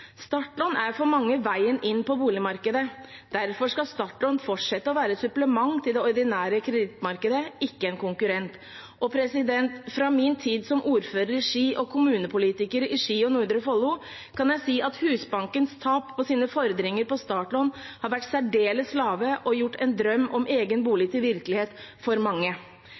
Startlån er for mange veien inn på boligmarkedet. Derfor skal startlån fortsette å være et supplement til det ordinære kredittmarkedet, ikke en konkurrent. Fra min tid som ordfører i Ski og kommunepolitiker i Ski og Nordre Follo, kan jeg si at Husbankens tap på sine fordringer på startlån har vært særdeles lave og gjort en drøm om egen bolig til virkelighet for mange.